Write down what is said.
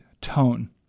tone